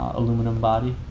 aluminum body.